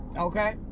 okay